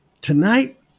Tonight